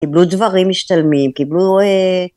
קיבלו דברים משתלמים קיבלו